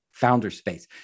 Founderspace